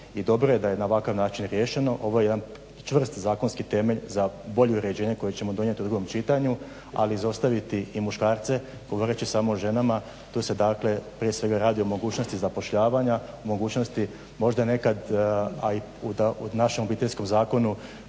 dobro je da je na ovakav način riješeno. Ovo je jedan čvrst zakonski temelj za bolje uređenje koje ćemo donijeti u drugom čitanju ali zaustaviti i muškarce govoreći samo o ženama tu se prije svega radi o mogućnosti zapošljavanja, mogućnosti možda nekad u našem obiteljskom zakonu